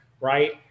Right